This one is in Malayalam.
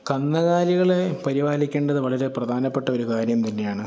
കന്നുകാലികളെ പരിപാലിക്കേണ്ടത് വളരെ പ്രധാനപ്പെട്ടൊരു കാര്യം തന്നെയാണ്